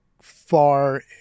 far